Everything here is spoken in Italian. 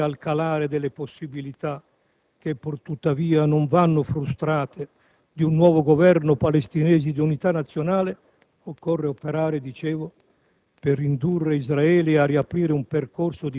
per il Libano. Anche di fronte al calare delle possibilità, che tuttavia non vanno frustrate, di un nuovo Governo palestinese di unità nazionale, occorre operare per